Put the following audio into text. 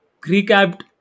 recapped